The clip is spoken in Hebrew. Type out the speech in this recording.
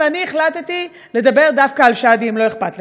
ואני החלטתי לדבר דווקא על שאדי, אם לא אכפת לך.